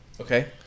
Okay